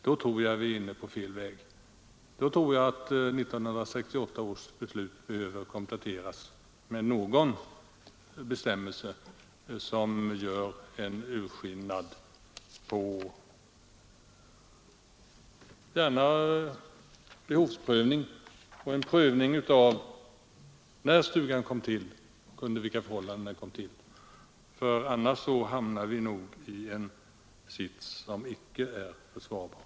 Därför tror jag att 1968 års beslut behöver kompletteras med en bestämmelse som gör att man vid denna behovsprövning kan ta hänsyn till vid vilken tidpunkt och under vilka förhållanden stugan kom till. Annars hamnar vi nog i en sits som icke är försvarbar.